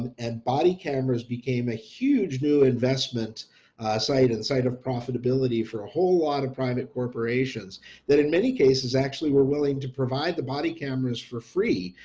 and body cameras became a huge new investment site inside of profitability for a whole lot of private corporations that in many cases actually were willing to provide the body cameras for free.